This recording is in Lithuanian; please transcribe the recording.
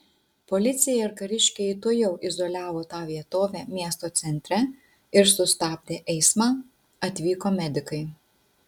policija ir kariškiai tuojau izoliavo tą vietovę miesto centre ir sustabdė eismą atvyko medikai